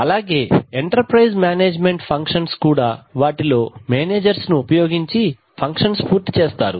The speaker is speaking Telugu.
అలాగే ఎంటర్ప్రైజ్ మేనేజ్మెంట్ ఫంక్షన్స్ కూడా వాటిలో మేనేజర్స్ ను ఉపయోగించి ఫంక్షన్స్ పూర్తి చేస్తారు